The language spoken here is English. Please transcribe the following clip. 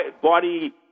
body